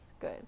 Good